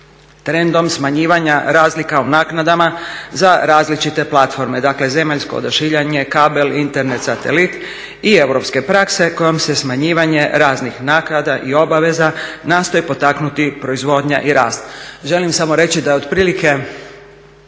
trendom smanjivanja razlika u naknadama za različite platforme, dakle zemaljsko odašiljanje, kabel, internet, satelit i europske prakse kojom se smanjivanjem raznih naknada i obaveza nastoji potaknuti proizvodnja i rast. Želim samo reći da je otprilike,